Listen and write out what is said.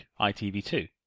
itv2